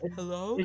Hello